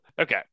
Okay